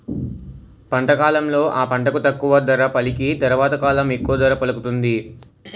పంట కాలంలో ఆ పంటకు తక్కువ ధర పలికి తరవాత కాలంలో ఎక్కువ ధర పలుకుతుంది